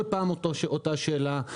כל פעם אותה שאלה,